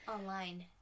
online